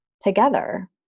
together